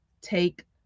take